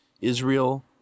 Israel